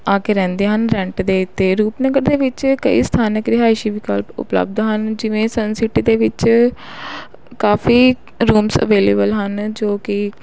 ਆ ਕੇ ਰਹਿੰਦੇ ਹਨ ਰੈਂਟ ਦੇ ਉੱਤੇ ਰੂਪਨਗਰ ਦੇ ਵਿੱਚ ਕਈ ਸਥਾਨਕ ਰਿਹਾਇਸ਼ੀ ਵਿਕਲਪ ਉਪਲਬਧ ਹਨ ਜਿਵੇਂ ਸਨਸਿਟੀ ਦੇ ਵਿੱਚ ਕਾਫੀ ਰੂਮਸ ਅਵੇਲੇਬਲ ਹਨ ਜੋ ਕਿ